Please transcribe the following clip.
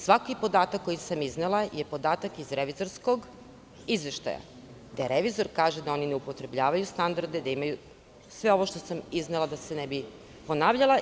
Svaki podatak koji sam iznela je podatak iz revizorskog izveštaja, gde revizor kaže sa oni ne upotrebljavaju standarde i sve ovo što sam iznela, da se ne bih ponavljala.